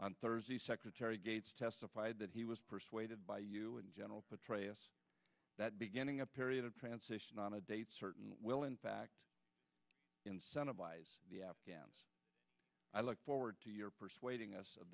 on thursday secretary gates testified that he was persuaded by you and general petraeus that beginning a period of transition on a date certain will in fact incentivize the afghans i look forward to your persuading us